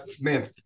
man